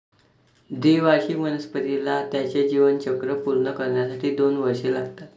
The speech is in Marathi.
द्विवार्षिक वनस्पतीला त्याचे जीवनचक्र पूर्ण करण्यासाठी दोन वर्षे लागतात